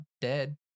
dead